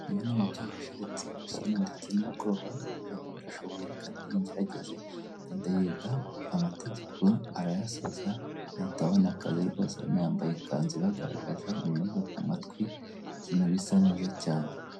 Uyu ni umubyeyi washiritse isoni ndetse n'ubwoba, aravuga ngo ndashoboye reka nange ngerageze, aragenda yiga amategeko arayasoza, ahita abona akazi rwose urana yambaye ikanzu ibagaragaza imiringa ku matwi, ibintu bisa neza cyane.